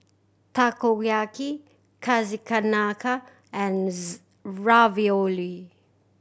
Takoyaki and Ravioli